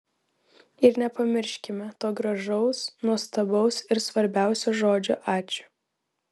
ir nepamirškime to gražaus nuostabaus ir svarbiausio žodžio ačiū